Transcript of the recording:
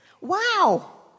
Wow